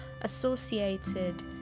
associated